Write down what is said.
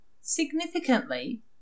Significantly